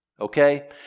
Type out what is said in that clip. Okay